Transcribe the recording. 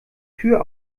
tür